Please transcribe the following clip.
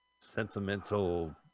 sentimental